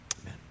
Amen